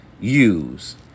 use